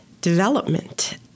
development